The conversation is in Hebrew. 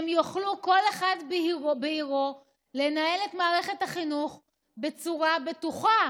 שהם יוכלו כל אחד בעירו לנהל את מערכת החינוך בצורה בטוחה,